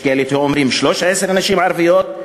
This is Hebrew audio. יש כאלה שאומרים ש-13 הן נשים ערביות.